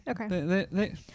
Okay